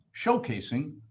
Showcasing